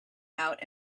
out